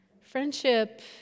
Friendship